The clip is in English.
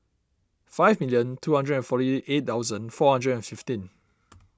five million two hundred and forty eight thousand four hundred and fifteen